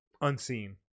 Unseen